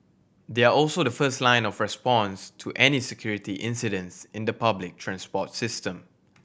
they are also the first line of response to any security incidents in the public transport system